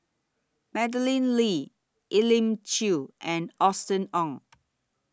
Madeleine Lee Elim Chew and Austen Ong